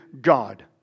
God